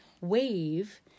wave